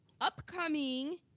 upcoming